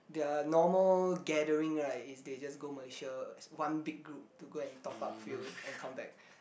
their normal gathering right is they just go Malaysia as one big group to go and top up fuel and come back